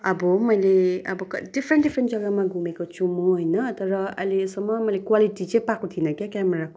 अब मैले अब डिफ्रेन्ट डिफ्रेन्ट जग्गामा घुमेको छु म होइन तर अहिलेसम्म मैले क्वालिटी चाहिँ पाएको थिइनँ क्या क्यामेराको